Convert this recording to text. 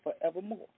forevermore